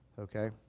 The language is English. Okay